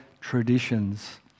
traditions